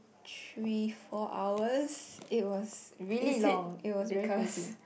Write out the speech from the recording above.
three four hours it was really long it was very crazy